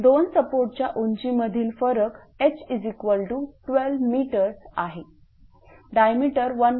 दोन सपोर्टच्या उंची मधील फरक h12 m आहे डायमीटर 1